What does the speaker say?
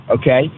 Okay